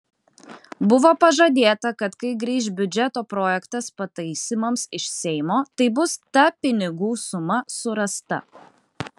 buvo pažadėta kad kai grįš biudžeto projektas pataisymams iš seimo tai bus ta pinigų suma surasta